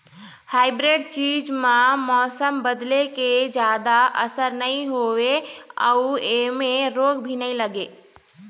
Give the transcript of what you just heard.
hybrid बीज म मौसम बदले के जादा असर नई होवे अऊ ऐमें रोग भी नई लगे